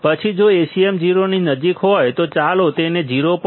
પછી જો Acm 0 ની નજીક હોય તો ચાલો તેને 0